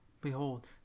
behold